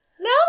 No